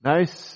Nice